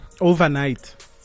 overnight